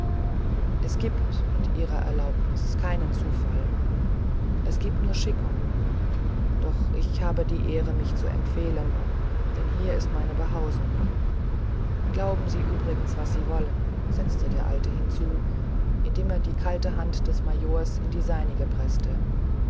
es gibt mit ihrer erlaubnis keinen zufall es gibt nur schickung doch ich habe die ehre mich zu empfehlen denn hier ist meine behausung glauben sie übrigens was sie wollen setzte der alte hinzu indem er die kalte hand des majors in der seinigen preßte